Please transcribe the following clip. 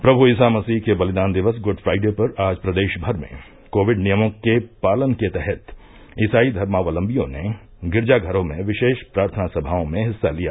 प्रमु ईसा मसीह के बलिदान दिवस गुड फ्राइडे पर आज प्रदेश भर में कोविड नियमों के पालन के तहत इसाई धर्मावलम्बियों ने गिरजाघरों में विशेष प्रार्थना सभाओं में हिस्सा लिया